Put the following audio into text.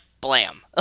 blam